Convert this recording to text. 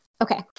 okay